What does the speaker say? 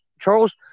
Charles